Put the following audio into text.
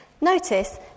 Notice